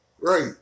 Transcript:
Right